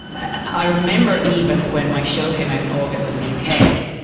i remember even when my show came out in august in the u k,